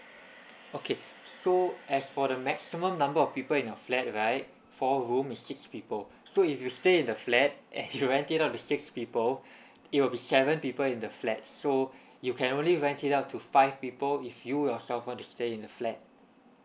okay so as for the maximum number of people in your flat right four room is six people so if you stay in the flat as you rent it out to six people it will be seven people in the flat so you can only rent it out to five people if you yourself want to stay in the flat